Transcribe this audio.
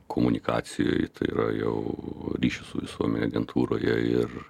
komunikacijoj tai yra jau ryšių su visuomene agentūroje ir